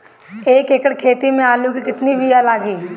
एक एकड़ खेती में आलू के कितनी विया लागी?